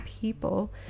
people